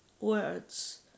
words